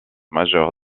majeur